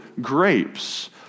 grapes